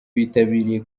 bitabiriye